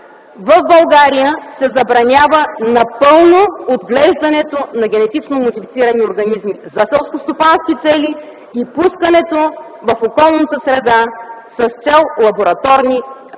в България, се забранява напълно отглеждането на генетично модифицирани организми за селскостопански цели и пускането в околната среда, с цел лабораторни, научни